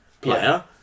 player